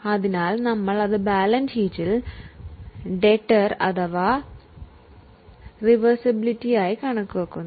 അതിനാൽ നമ്മൾ അത് ബാലൻസ് ഷീറ്റിൽ ഡെബ്റ്ഴ്സ് അല്ലെങ്കിൽ റീസിവബിളായി കാണിക്കുന്നു